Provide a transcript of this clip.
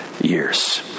years